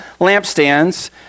lampstands